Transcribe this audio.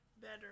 better